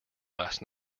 last